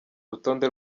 rutonde